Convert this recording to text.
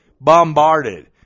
bombarded